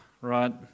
right